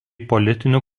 politinių